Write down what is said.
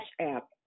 app